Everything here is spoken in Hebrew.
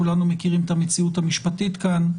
כולנו מכירים את המציאות המשפטית כאן,